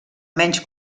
menys